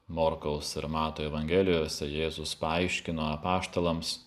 morkaus ir mato evangelijose jėzus paaiškino apaštalams